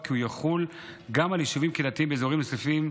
כי הוא יחול גם על יישובים קהילתיים באזורים נוספים: